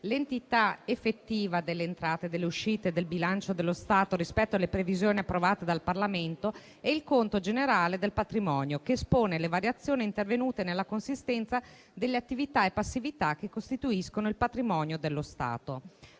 l'entità effettiva delle entrate e delle uscite del bilancio dello Stato rispetto alle previsioni approvate dal Parlamento, e il conto generale del patrimonio, che espone le variazioni intervenute nella consistenza delle attività e passività che costituiscono il patrimonio dello Stato.